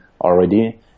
already